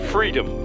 Freedom